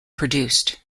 produced